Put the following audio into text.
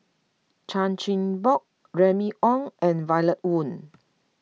Chan Chin Bock Remy Ong and Violet Oon